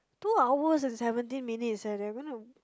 two hours and seventeen minute eh they're gonna